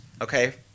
Okay